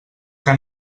que